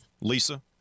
Lisa